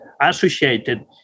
associated